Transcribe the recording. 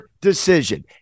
decision